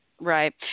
Right